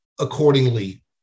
accordingly